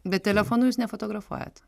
bet telefonu jūs nefotografuojat